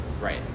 Right